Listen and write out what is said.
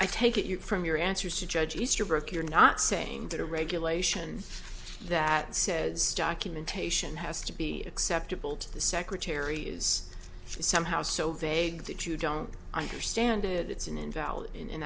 i take it you from your answers to judge easterbrook you're not saying that a regulation that says documentation has to be acceptable to the secretary is somehow so vague that you don't understand it it's an invalid in